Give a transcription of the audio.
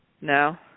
No